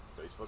Facebook